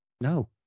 No